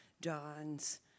Dawn's